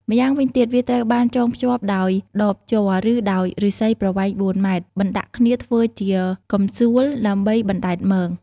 ម្យ៉ាងវិញទៀត វាត្រូវបានចងភ្ជាប់ដោយដបជ័រ ឬដោយឬស្សីប្រវែង ៤ម៉ែត្រ បណ្តាក់គ្នាធ្វើជាកំសួលដើម្បីបណ្តែតមង។